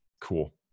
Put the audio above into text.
cool